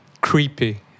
creepy